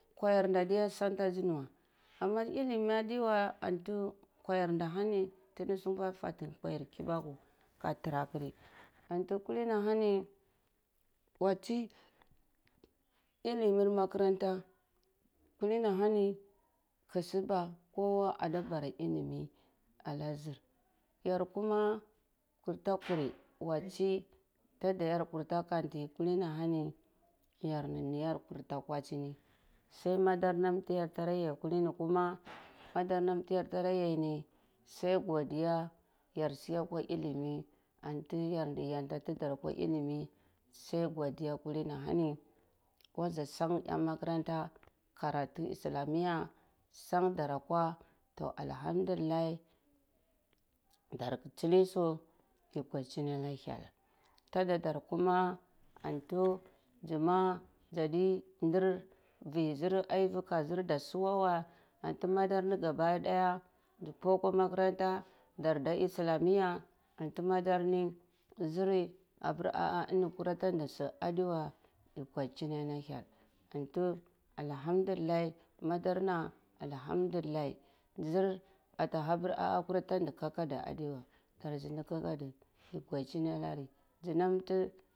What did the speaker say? Nkwar nda adiya santa zi ueh ana iliyimi adeya anti nkwaryi ni ahani nti di sungwa fati nkwaryir kibaka ka tara kari antu kali ni ahani watsi nimir makaranta kuli ni ahani ka suba kowa ada bara nimi ala zir yar kuma kuta kuri watsi tada zar karta ka nti kuli ni a hani niyar kurta ka kadjarehi sai madar ti yar yai kuma mada nan niyar za kwini kuna madar nan tsiyar yai ni sai godiya hjar sya kwa nimi anti yar yanta ti dar aka ilimi sai godiya kuli ni ahmi, waza sang eh makaranta karatu islamiya sang darekwa alhamdulillah ndar ka tsili su sai godiya na hyel tadadar kuma anto zi za ma zadi ndir vi zue ayuri ka zir suwa weh anto madar ni gabadaya zi pwu akwa makaranta dar da islamiya anto madani ziri kora ta ndi su adiweh yi gwadichini ah na hyel anti alhamdulillah madarna alhamdulillah zir atah ha pir kura tandi kaki du adeveh ndar nzidi kakadu yi kwadichini anar nzi nam tu.